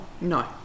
no